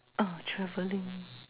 ah travelling